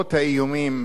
למרות האיומים